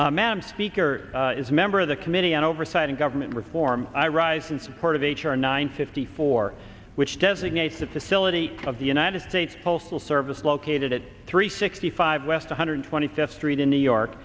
ma'am speaker is a member of the committee on oversight and government reform i rise in support of h r nine fifty four which designates the facility of the united states postal service located at three sixty five west one hundred twenty fifth street in new york